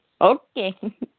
Okay